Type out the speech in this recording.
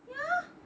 ya